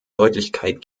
deutlichkeit